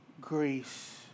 grace